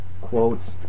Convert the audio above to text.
quotes